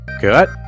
Good